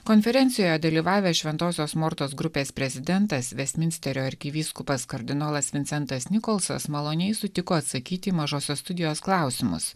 konferencijoje dalyvavęs šventosios mortos grupės prezidentas vestminsterio arkivyskupas kardinolas vincentas nikolsonas maloniai sutiko atsakyti į mažosios studijos klausimus